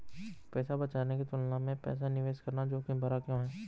पैसा बचाने की तुलना में पैसा निवेश करना जोखिम भरा क्यों है?